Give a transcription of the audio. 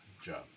job